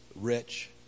rich